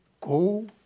go